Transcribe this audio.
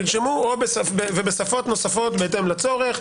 תרשמו: ובשפות נוספות בהתאם לצורך,